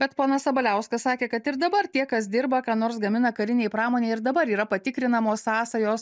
bet ponas sabaliauskas sakė kad ir dabar tie kas dirba ką nors gamina karinei pramonei ir dabar yra patikrinamos sąsajos